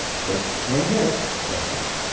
just ten minutes, said buck.